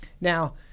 Now